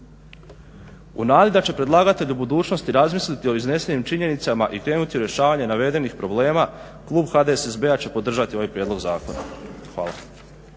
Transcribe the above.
U nadi da će predlagatelj u budućnosti razmisliti o iznesenim činjenicama i krenuti u rješavanje navedenih problema klub HDSSB-a će podržati ovaj prijedlog zakona. Hvala.